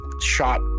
shot